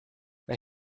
mae